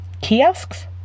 kiosks